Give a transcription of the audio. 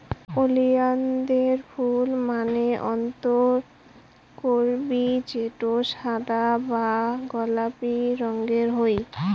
ওলিয়ানদের ফুল মানে অক্তকরবী যেটো সাদা বা গোলাপি রঙের হই